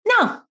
No